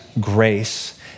grace